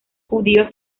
judíos